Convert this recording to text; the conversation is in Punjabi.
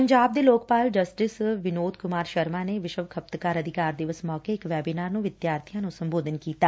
ਪੰਜਾਬ ਦੇ ਲੋਕਪਾਲ ਜਸਟਿਸ ਵਿਨੋਦ ਕੁਮਾਰ ਸ਼ਰਮਾ ਨੇ ਵਿਸ਼ਵ ਖਪਤਕਾਰ ਅਧਿਕਾਰ ਦਿਵਸ ਮੌਕੇ ਇਕ ਵੈਬੀਨਾਰ ਵਿਚ ਵਿਦਿਆਰਥੀਆਂ ਨੁੰ ਸੰਬੋਧਨ ਕੀਤਾ